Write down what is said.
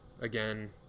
again